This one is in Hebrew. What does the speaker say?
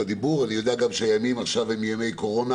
אני יודע גם שהימים עכשיו הם ימי קורונה